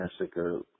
Massacre